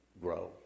grow